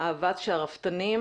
האבץ שהרפתנים